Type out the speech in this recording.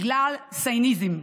בגלל סייניזם.